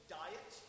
diet